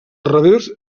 revers